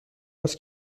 است